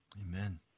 Amen